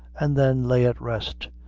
and then lay at rest.